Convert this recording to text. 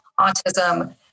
autism